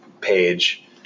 page